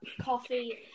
coffee